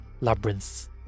labyrinths